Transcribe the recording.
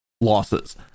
losses